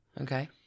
Okay